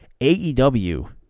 AEW